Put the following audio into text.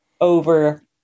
over